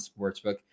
sportsbook